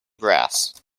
brass